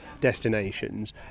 destinations